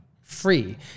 free